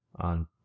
on